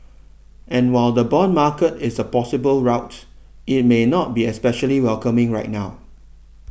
and while the bond market is a possible route it may not be especially welcoming right now